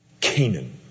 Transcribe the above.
Canaan